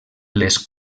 les